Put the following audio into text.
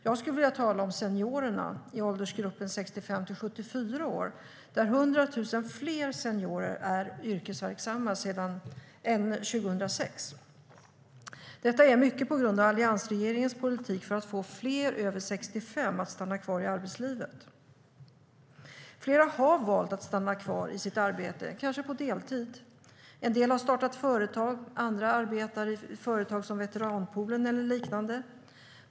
Jag skulle vilja tala om seniorerna i åldersgruppen 65-74 år. 100 000 fler seniorer är yrkesverksamma än 2006. Så är det mycket på grund av alliansregeringens politik för att få fler över 65 att stanna kvar i arbetslivet. Flera har valt att stanna kvar i sitt arbete, kanske på deltid. En del har startat företag. Andra arbetar i företag som Veteranpoolen eller liknande.